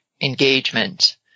engagement